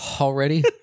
Already